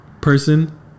person